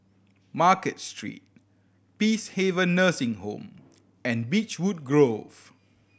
Market Street Peacehaven Nursing Home and Beechwood Grove